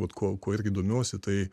vat kuo kuo irgi domiuosi tai